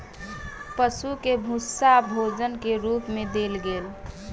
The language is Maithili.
पशु के भूस्सा भोजन के रूप मे देल गेल